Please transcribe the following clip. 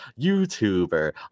youtuber